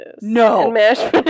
No